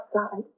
outside